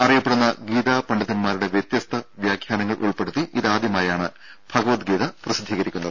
അറിയപ്പെടുന്ന ഗീതാപണ്ഡിതന്മാരുടെ വ്യത്യസ്ത വ്യാഖ്യാനങ്ങൾ ഉൾപ്പെടുത്തി ഇതാദ്യമായാണ് ഭഗവത്ഗീത പ്രസിദ്ധീകരിക്കുന്നത്